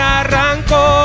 arrancó